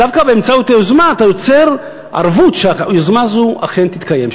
דווקא באמצעות היוזמה אתה יוצר ערבות שהיוזמה הזאת אכן תתקיים,